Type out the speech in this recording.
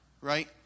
right